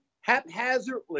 haphazardly